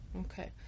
Okay